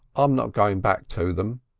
i'm not going back to them.